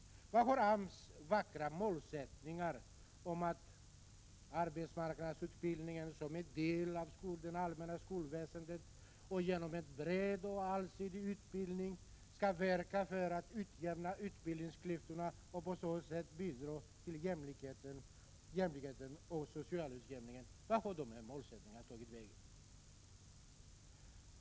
Var har AMS vackra mål tagit vägen om att arbetsmarknadsutbildningen som en del av det allmänna skolväsendet skall ge en bred och allsidig utbildning och verka för att utjämna utbildningsklyftorna och på så sätt bidra till jämlikhet och social utjämning?